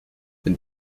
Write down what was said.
wenn